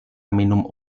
minum